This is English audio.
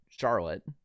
Charlotte